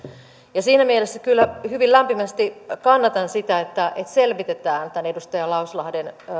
ja siinä mielessä kyllä hyvin lämpimästi kannatan sitä että selvitetään tämän edustaja lauslahden